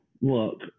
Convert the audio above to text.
look